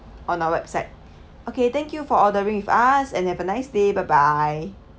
on our website okay thank you for ordering with us and have a nice day bye bye